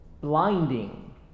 blinding